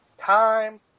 Time